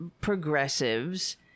progressives